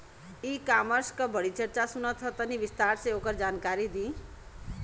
E commerce क बड़ी चर्चा सुनात ह तनि विस्तार से ओकर जानकारी दी?